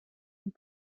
und